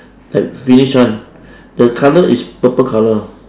like village one the colour is purple colour